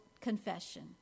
Confession